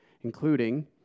including